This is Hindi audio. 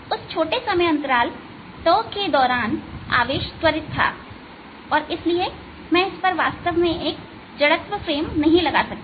उस छोटे समय अंतराल 𝜏 के दौरान आवेश त्वरित था और इसलिए मैं इस पर वास्तव में एक जड़त्व फ्रेम नहीं लगा सकता